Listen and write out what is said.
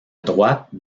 droite